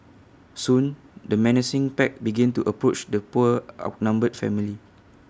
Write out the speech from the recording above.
soon the menacing pack began to approach the poor outnumbered family